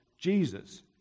jesus